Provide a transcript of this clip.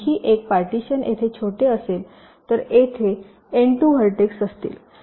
आणखी एक पार्टीशन येथे छोटे असेल तर येथे एन २ व्हर्टेक्स असतील